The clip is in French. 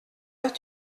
heure